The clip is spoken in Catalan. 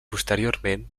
posteriorment